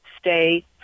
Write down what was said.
stay